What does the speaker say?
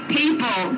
people